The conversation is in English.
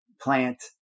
plant